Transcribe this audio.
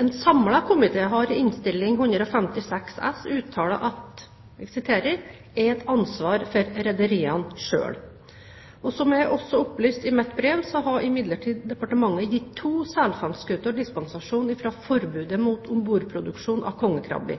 En samlet komite har i Innst. 156 S for 2009–2010 uttalt at dette «er et ansvar for rederiene selv». Som jeg også opplyste i mitt brev, har imidlertid departementet gitt to selfangstskuter dispensasjon fra forbudet mot ombordproduksjon av